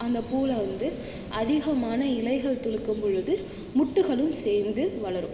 அந்த பூவில் வந்து அதிகமான இலைகள் துளுர்க்கும் பொழுது மொட்டுகளும் சேந்து வளரும்